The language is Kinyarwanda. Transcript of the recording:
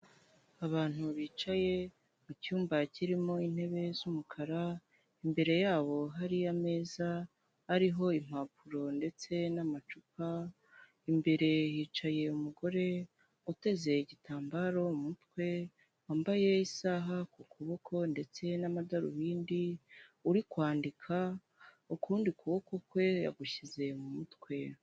Abantu bicaye mu cyumba kirimo intebe z'umukara, imbere yabo hariyo ameza ariho impapuro ndetse n'amacupa, imbere hicaye umugore uteze igitambaro umutwe, wambaye isaha ku kuboko ndetse n'amadarubindi uri kwandika, ukundi kuboko kwe yagushyize mu mutwe.